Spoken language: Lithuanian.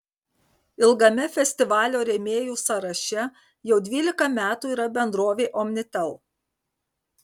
ilgame festivalio rėmėjų sąraše jau dvylika metų yra bendrovė omnitel